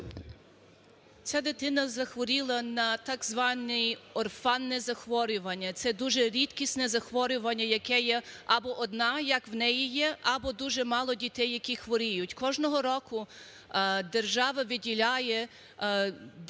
Ця дитина захворіла на так званеорфанне захворювання, це дуже рідкісне захворювання, яке є або одна, як в неї є, або дуже мало дітей, які хворіють. Кожного року держава виділяє декотру...